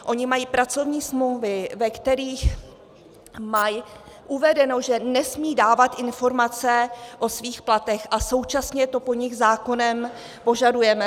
Oni mají pracovní smlouvy, ve kterých mají uvedeno, že nesmí dávat informace o svých platech, a současně to po nich zákonem požadujeme.